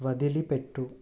వదిలిపెట్టు